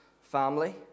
family